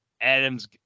Adam's